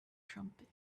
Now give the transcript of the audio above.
trumpet